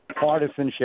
partisanship